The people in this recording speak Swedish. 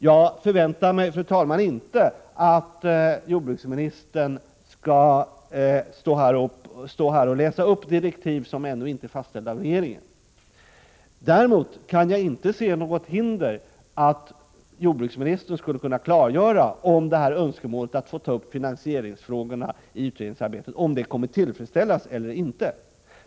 Jag förväntar mig inte, fru talman, att jordbruksministern här skall läsa upp direktiv som ännu inte är fastställda av regeringen. Däremot kan jag inte se något hinder att jordbruksministern klargör om önskemålet att få ta upp finansieringsfrågorna i utredningsarbetet kommer att tillfredsställas eller inte.